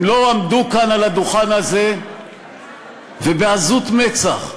הם לא עמדו כאן על הדוכן הזה ובעזות מצח,